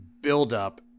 buildup